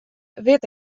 wit